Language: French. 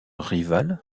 rivale